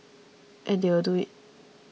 and they will do it